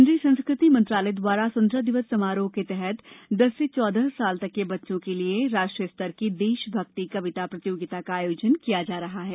कोन्द्रीय संस्कृति मंत्रालय द्वारा स्वतंत्रता दिवस समारोह के तहत दस से चौदह साल तक के बच्चों के लिए राष्ट्रीय स्तर की देशभक्ति कविता प्रतियोगिता का आयोजन किया जा रहा है